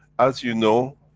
as you know,